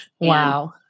Wow